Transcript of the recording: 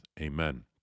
Amen